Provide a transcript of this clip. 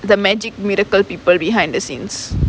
the magic miracle people behind the scenes